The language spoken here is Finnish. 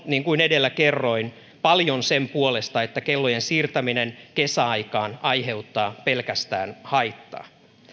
niin kuin edellä kerroin tutkimusnäyttöä on paljon sen puolesta että kellojen siirtäminen kesäaikaan aiheuttaa pelkästään haittaa